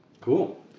Cool